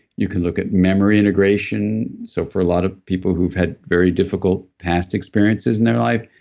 you can look at memory integration. so for a lot of people who have had very difficult past experiences in their life,